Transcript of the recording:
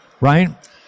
Right